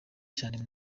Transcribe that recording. cyane